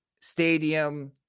stadium